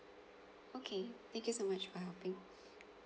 okay thank you so much for helping